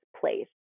place